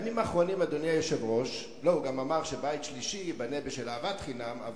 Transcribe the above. הוא גם אמר שבית שלישי ייבנה בשל אהבת חינם,